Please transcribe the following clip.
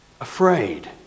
Afraid